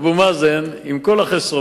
אבו מאזן, עם כל החסרונות,